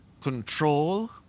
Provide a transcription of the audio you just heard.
control